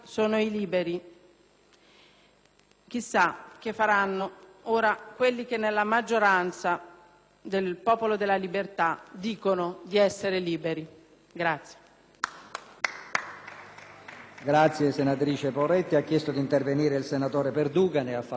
Chissà che faranno ora quelli che nella maggioranza del Popolo della Libertà dicono di essere liberi!